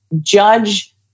judge